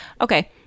Okay